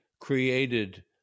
created